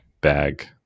bag